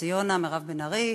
יוסי יונה, מירב בן ארי,